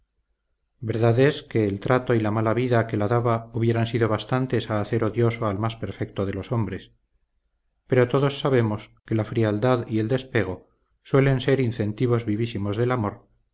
verdad es que el trato y la mala vida que la daba hubieran sido bastantes a hacer odioso al más perfecto de los hombres pero todos sabemos que la frialdad y el despego suelen ser incentivos vivísimos del amor